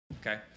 Okay